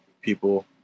people